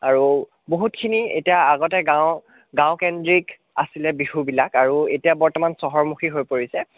আৰু বহুতখিনি এতিয়া আগতে গাঁও গাঁওকেন্দ্ৰিক আছিলে বিহুবিলাক আৰু এতিয়া বৰ্তমান চহৰমুখী হৈ পৰিছে